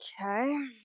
okay